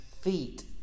feet